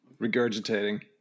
regurgitating